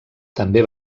també